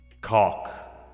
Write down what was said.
Cock